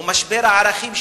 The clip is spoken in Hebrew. ומשבר ערכים שלנו,